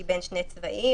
שהיא בין שני צבעים.